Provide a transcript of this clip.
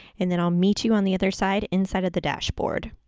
and then i'll meet you on the other side inside of the dashboard.